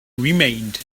remained